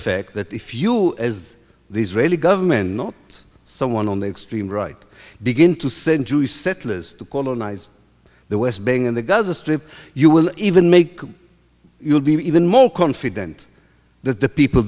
fact that if you as the israeli government not someone on the extreme right begin to send jews settlers to colonize the west bank and the gaza strip you will even make you'll be even more confident that the people